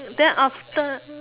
then after